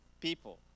people